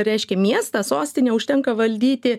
reiškia miestą sostinę užtenka valdyti